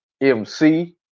MC